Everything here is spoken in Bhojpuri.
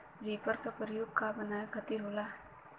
रिपर का प्रयोग का बनावे खातिन होखि?